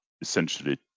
essentially